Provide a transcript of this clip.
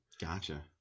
Gotcha